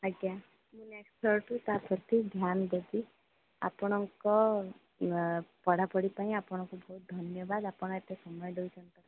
ଆଜ୍ଞା ମୁଁ ନେକ୍ସଟ୍ ଥରଠୁ ତା'ପ୍ରତି ଧ୍ୟାନ ଦେବି ଆପଣଙ୍କ ପଢ଼ାପଢ଼ି ପାଇଁ ଆପଣଙ୍କୁ ବହୁତ ଧନ୍ୟବାଦ ଆପଣ ଏତେ ସମୟ ଦେଉଛନ୍ତି